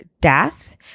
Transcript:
death